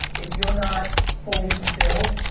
if you are not fully fulfilled.